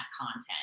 content